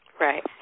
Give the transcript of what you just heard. Right